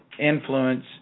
influence